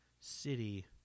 city